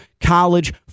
college